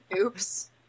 Oops